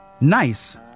Nice